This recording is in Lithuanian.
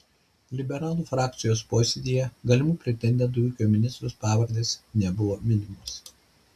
liberalų frakcijos posėdyje galimų pretendentų į ūkio ministrus pavardės nebuvo minėtos